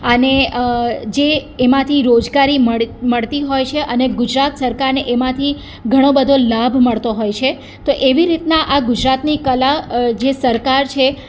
અને જે એમાંથી રોજગારી મળતી હોય છે અને ગુજરાત સરકારને એમાંથી ઘણો બધો લાભ મળતો હોય છે તો એવી રીતના આ ગુજરાતની કલા જે સરકાર છે